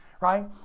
right